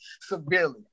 severely